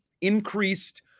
increased